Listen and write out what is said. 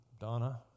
Donna